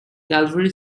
calvary